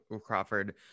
crawford